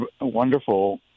wonderful